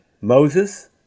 Moses